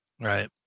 Right